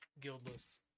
guildless